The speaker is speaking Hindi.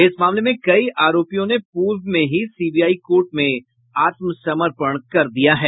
इस मामले में कई आरोपियों ने पूर्व में ही सीबीआई कोर्ट में आत्मसमर्पण कर दिया है